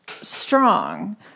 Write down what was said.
strong